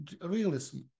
realism